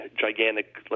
gigantic